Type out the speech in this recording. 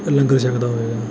ਲੰਗਰ ਛੱਕਦਾ ਹੋਇਆ